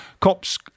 COPs